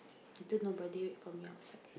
later nobody wait for me outside